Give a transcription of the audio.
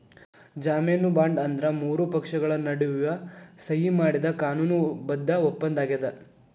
ಜಾಮೇನು ಬಾಂಡ್ ಅಂದ್ರ ಮೂರು ಪಕ್ಷಗಳ ನಡುವ ಸಹಿ ಮಾಡಿದ ಕಾನೂನು ಬದ್ಧ ಒಪ್ಪಂದಾಗ್ಯದ